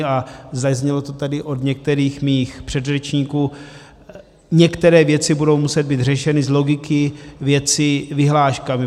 A zaznělo to tady od některých mých předřečníků, že některé věci budou muset být řešeny z logiky věci vyhláškami.